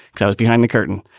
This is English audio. cause behind the curtain.